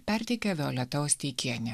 perteikė violeta osteikienė